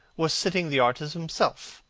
was sitting the artist himself,